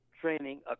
training